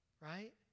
Right